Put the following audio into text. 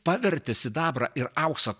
pavertė sidabrą ir auksą